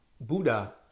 Buddha